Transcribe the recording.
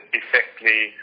effectively